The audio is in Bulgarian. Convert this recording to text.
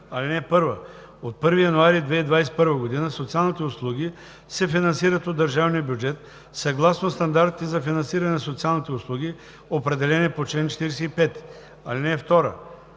„§ 44. (1) От 1 януари 2021 г. социалните услуги се финансират от държавния бюджет съгласно стандартите за финансиране на социалните услуги, определени по чл. 45. (2)